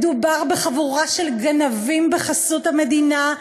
מדובר בחבורה של גנבים בחסות המדינה,